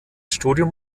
studium